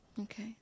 okay